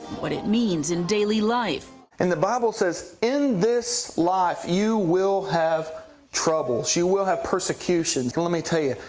what it means in daily life. and the bible says, in this life you will have troubles. you will have persecutions. let me tell yo you,